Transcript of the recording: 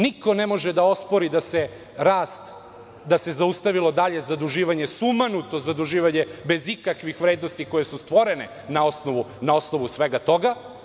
Niko ne može da ospori da se zaustavilo dalje zaduživanje, sumanuto zaduživanje bez ikakvih vrednosti, koje su stvorene na osnovu svega toga.